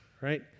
right